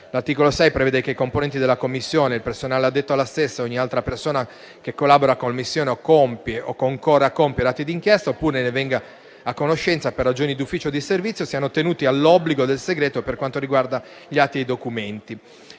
L'articolo 6 prevede che i componenti della Commissione, il personale addetto alla stessa e ogni altra persona che collabora con la Commissione o compie o concorra a compiere atti di inchiesta, oppure ne venga a conoscenza per ragioni di ufficio o di servizio, siano tenuti all'obbligo del segreto per quanto riguarda gli atti e i documenti